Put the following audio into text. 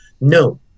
no